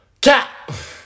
Cat